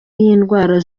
y’indwara